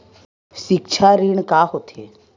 सिक्छा ऋण का होथे?